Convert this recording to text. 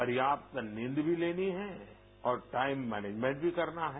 पर्याप्त नींद भी लेनी है और टाइम मैनेजमेंट भी करना है